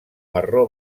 marró